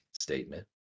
statement